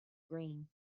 green